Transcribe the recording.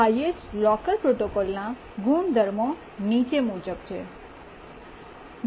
highest locker પ્રોટોકોલના ગુણધર્મો નીચે મુજબ છે